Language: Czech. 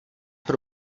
pro